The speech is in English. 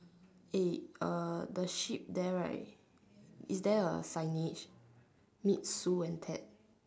eh uh the ship there right is there a signage reap su and tat